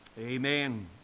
Amen